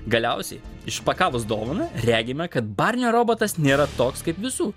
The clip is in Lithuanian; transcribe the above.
galiausiai išpakavus dovaną regime kad barnio robotas nėra toks kaip visų